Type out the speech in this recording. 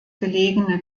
gelegene